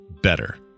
better